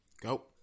Go